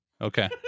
Okay